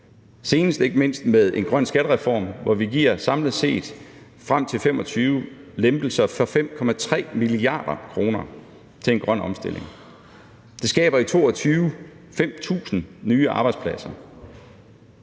senest ikke mindst med en grøn skattereform, hvor vi frem til 2025 samlet set giver lempelser for 5,3 mia. kr. til en grøn omstilling. Det skaber i 2022 5.000 nye arbejdspladser.